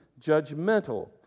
judgmental